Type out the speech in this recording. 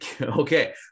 okay